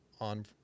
on